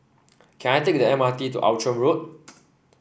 can I take the M R T to Outram Road